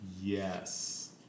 Yes